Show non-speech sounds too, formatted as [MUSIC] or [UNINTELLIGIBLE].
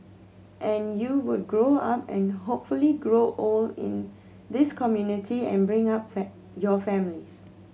and you would grow up and hopefully grow old in this community and bring up [UNINTELLIGIBLE] your families